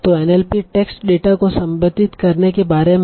तो NLP text data को संसाधित करने के बारे में